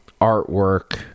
artwork